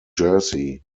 jersey